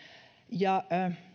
ja